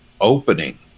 opening